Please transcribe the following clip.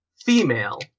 female